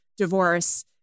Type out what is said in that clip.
divorce